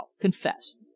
confess